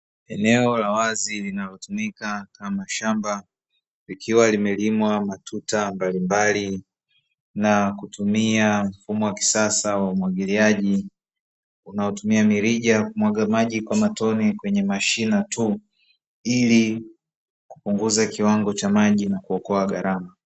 Eneo la wazi linalotumika kama shamba likiwa limelimwa matuta mbalimbali na kutumia mfumo wa kisasa wa umwagiliaji. Unaotumia mirija kumwaga maji kwa matone kwenye mashina tu ilikupunguza kiwango cha maji na kuokoa gharama.